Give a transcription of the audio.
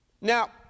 now